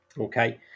Okay